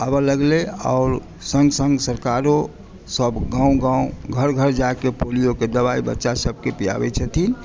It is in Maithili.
आबय लगलै आओर संग संग सरकारो सब गाँव गाँव घर घर जा कऽ पोलियो के दवाई बच्चा सब के पीयाबै छथिन